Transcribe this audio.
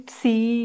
see